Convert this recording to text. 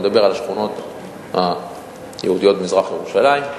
אני מדבר על השכונות היהודיות במזרח-ירושלים,